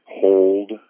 hold